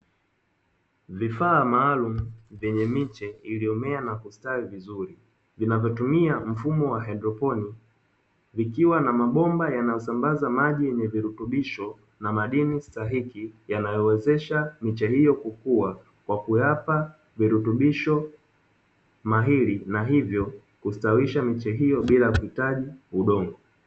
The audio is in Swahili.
Vifaa maalumu vyenye miche iliyomea na kustawi vizuri vinavyotumia mfumo wa haidroponi, vikiwa na mabomba yanayosambaza maji yenye virutubisho na madini stahiki yanayowezesha miche hiyo kukua kwa kuyapa virutubisho mahiri, na hivyo kustawisha miche hiyo bila kuhitaji udongo.